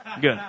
Good